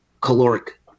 caloric